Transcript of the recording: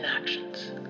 actions